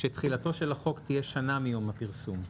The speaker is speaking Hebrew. שתחילתו של החוק תהיה שנה מיום הפרסום.